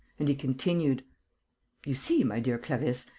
and he continued you see, my dear clarisse.